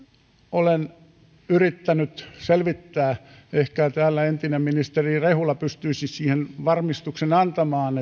olen yrittänyt selvittää ehkä täällä entinen ministeri rehula pystyisi siihen varmistuksen antamaan